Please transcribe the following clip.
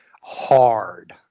hard